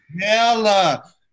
Hella